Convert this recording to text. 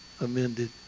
amended